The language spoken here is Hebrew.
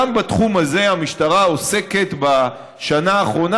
גם בתחום הזה המשטרה עוסקת בשנה האחרונה,